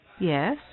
Yes